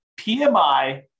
PMI